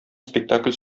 спектакль